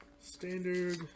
standard